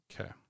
Okay